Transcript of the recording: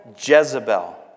Jezebel